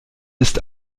ist